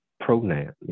pronoun